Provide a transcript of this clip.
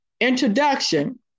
introduction